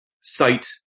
sight